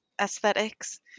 aesthetics